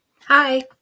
Hi